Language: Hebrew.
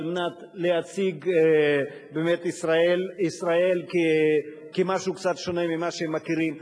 מנת להציג את ישראל באמת כמשהו קצת שונה ממה שהם מכירים,